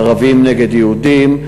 ערבים נגד יהודים.